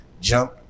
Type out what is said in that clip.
jump